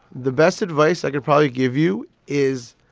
the best advice i could probably give you is.